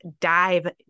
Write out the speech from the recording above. dive